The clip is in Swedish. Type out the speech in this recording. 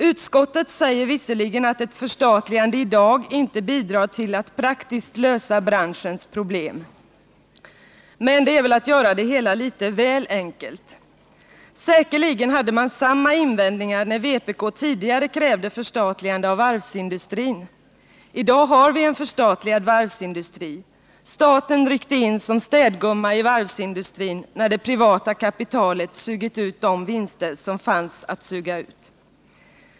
Utskottet säger visserligen att ett förstatligande i dag inte bidrar till att praktiskt lösa branschens problem. Men det är att göra det hela litet väl enkelt. Säkerligen hade man samma invändningar när vpk tidigare krävde förstatligande av varvsindustrin. I dag har vi en förstatligad varvsindustri; staten ryckte in som städgumma i varvsindustrin, när det privata kapitalet hade sugit ut de vinster som fanns att suga ut.